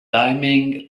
timing